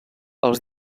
els